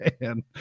man